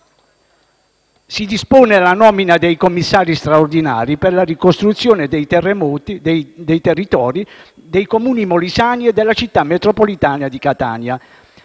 Si dispone la nomina dei commissari straordinari per la ricostruzione dei territori dei Comuni molisani e della Città metropolitana di Catania,